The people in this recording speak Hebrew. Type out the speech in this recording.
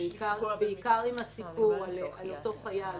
היה את הסיפור על אותו חייל